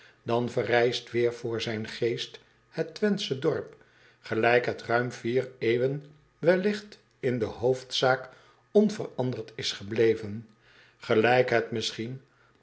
dan verrijst weêr voor zijn geest het wenthsche dorp gelijk het ruim vier eeuwen welligt in de hoofdzaak onveranderd is gebleven gelijk het misschien